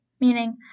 meaning